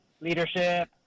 leadership